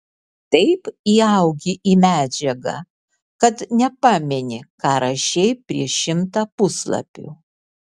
taip įaugi į medžiagą kad nepameni ką rašei prieš šimtą puslapių